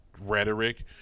rhetoric